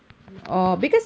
newspaper